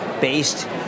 based